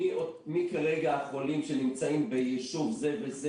מי כרגע החולים שנמצאים ביישוב זה וזה